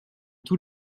tous